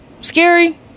Scary